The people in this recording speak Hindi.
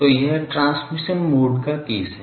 तो यह ट्रांसमिशन मोड का केस है